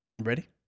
Ready